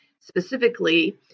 specifically